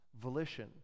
volition